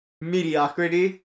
Mediocrity